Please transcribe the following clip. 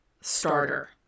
starter